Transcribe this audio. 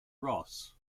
ross